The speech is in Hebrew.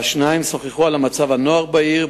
והשניים שוחחו על מצב הנוער בעיר.